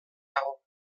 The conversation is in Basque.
dago